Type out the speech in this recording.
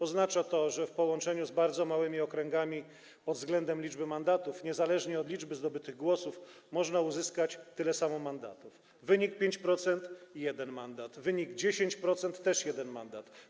Oznacza to, że w połączeniu z bardzo małymi okręgami pod względem liczby mandatów niezależnie od liczby zdobytych głosów można uzyskać tyle samo mandatów: wynik 5% - jeden mandat, wynik 10% - też jeden mandat.